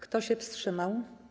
Kto się wstrzymał?